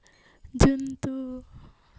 দিনটো